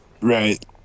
Right